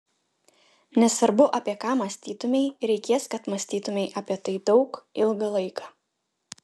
nesvarbu apie ką mąstytumei reikės kad mąstytumei apie tai daug ilgą laiką